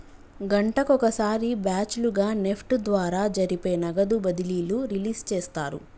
గంటకొక సారి బ్యాచ్ లుగా నెఫ్ట్ ద్వారా జరిపే నగదు బదిలీలు రిలీజ్ చేస్తారు